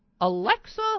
Alexa